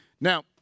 Now